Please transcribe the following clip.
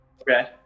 Okay